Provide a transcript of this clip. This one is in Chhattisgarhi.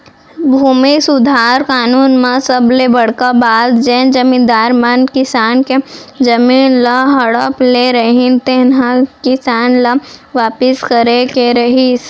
भूमि सुधार कानून म सबले बड़का बात जेन जमींदार मन किसान के जमीन ल हड़प ले रहिन तेन ह किसान ल वापिस करे के रहिस